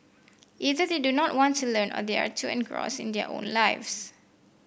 either they do not want to learn or they are too engrossed in their own lives